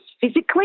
physically